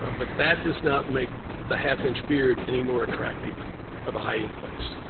but that does not make the half-inch beard any more attractive of a hiding place.